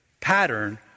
pattern